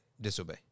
disobey